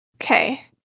Okay